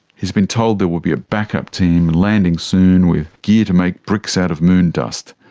he's been told there will be a backup team landing soon with gear to make bricks out of moon dust.